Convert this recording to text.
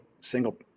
single